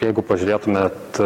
jeigu pažiūrėtumėt